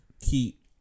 keep